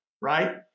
right